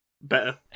better